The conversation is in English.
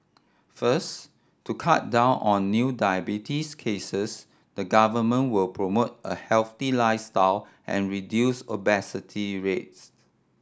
first to cut down on new diabetes cases the Government will promote a healthy lifestyle and reduce obesity rates